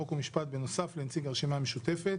חוק ומשפט בנוסף לנציג הרשימה המשותפת